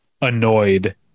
annoyed